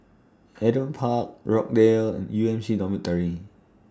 Adam Park Rochdale and U M C Dormitory